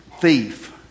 thief